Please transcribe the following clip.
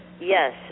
Yes